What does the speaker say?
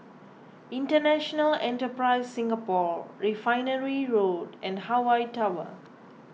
International Enterprise Singapore Refinery Road and Hawaii Tower